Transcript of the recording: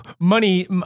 money